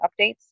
Updates